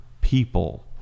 people